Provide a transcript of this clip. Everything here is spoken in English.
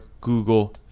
Google